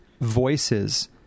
voices